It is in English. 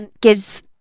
gives